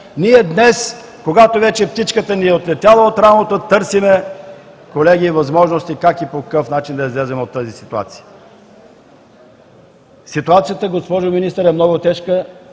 Днес, когато вече птичката ни е отлетяла от рамото, търсим, колеги, възможности как и по какъв начин да излезем от тази ситуация. Ситуацията, госпожо Министър, е много тежка